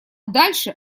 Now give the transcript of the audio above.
дальше